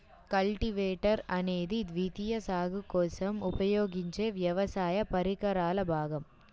cultivator అనేది ద్వితీయ సాగు కోసం ఉపయోగించే వ్యవసాయ పరికరాల భాగం